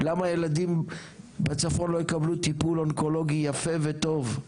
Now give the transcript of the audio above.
למה הילדים בצפון לא יקבלו טיפול אונקולוגי יפה וטוב,